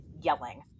yelling